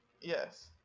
Yes